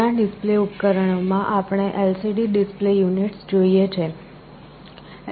ઘણા ડિસ્પ્લે ઉપકરણોમાં આપણે LCD ડિસ્પ્લે યુનિટ્સ જોઈએ છે